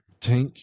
Tink